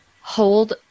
hold